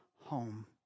home